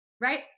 right